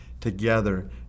together